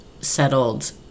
settled